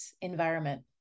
environment